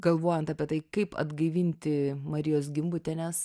galvojant apie tai kaip atgaivinti marijos gimbutienės